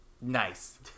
Nice